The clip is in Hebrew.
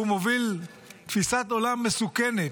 הוא מוביל תפיסת עולם מסוכנת.